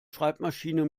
schreibmaschine